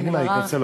אין לי מה להתנצל,